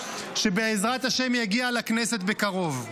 שבעזרת השם יגיע לכנסת בקרוב.